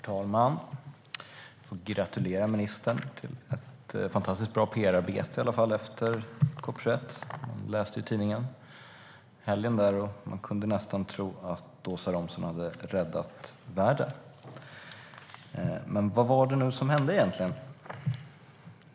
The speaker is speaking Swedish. Herr talman! Jag vill gratulera ministern till ett fantastiskt bra pr-arbete i alla fall efter COP 21. Jag läste tidningen i helgen och trodde nästan att Åsa Romson hade räddat världen. Men vad var det som hände egentligen?